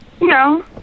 No